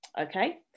Okay